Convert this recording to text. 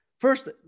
First